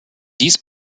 dies